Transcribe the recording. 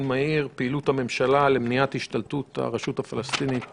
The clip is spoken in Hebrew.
מהיר בנושא: פעילות הממשלה למניעת השתלטות הרשות הפלסטינית